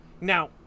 Now